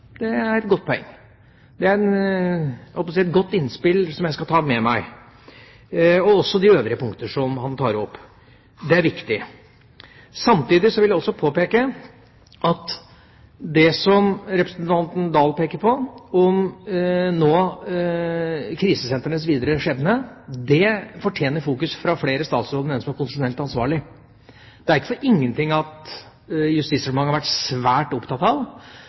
behandling, er et godt poeng. Det er et godt innspill som jeg skal ta med meg, og også de øvrige punkter som han tar opp. Det er viktig. Samtidig vil jeg påpeke at det som representanten Oktay Dahl peker på, om krisesentrenes videre skjebne, fortjener oppmerksomhet fra flere statsråder enn den som er konstitusjonelt ansvarlig. Det er ikke for ingenting at Justisdepartementet har vært svært opptatt av